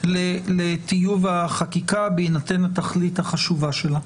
לטיוב החקיקה בהינתן התכלית החשובה שלה.